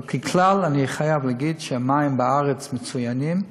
אבל, ככלל, אני חייב להגיד שהמים בארץ מצוינים,